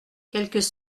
quelques